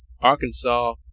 arkansas